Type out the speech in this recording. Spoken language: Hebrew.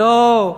לא.